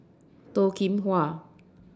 Toh Kim Hwa